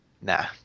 nah